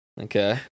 Okay